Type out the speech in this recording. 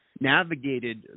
navigated